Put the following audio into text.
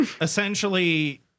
essentially